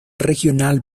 regional